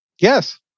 Yes